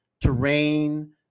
terrain